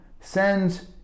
sends